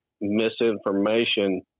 misinformation